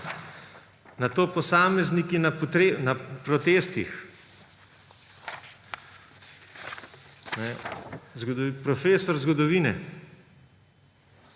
Nato posamezniki na protestih, prof. zgodovine,